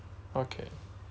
okay